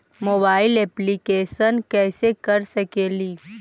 Mobile application कैसे कर सकेली?